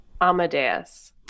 amadeus